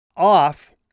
off